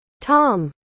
Tom